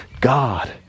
God